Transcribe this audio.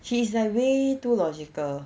she like way too logical